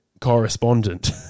correspondent